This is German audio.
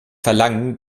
verlangen